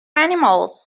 animals